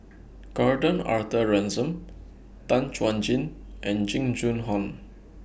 Gordon Arthur Ransome Tan Chuan Jin and Jing Jun Hong